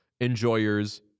enjoyers